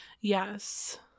Yes